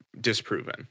disproven